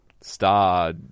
Star